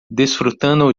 desfrutando